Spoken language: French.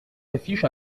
affiche